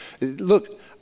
Look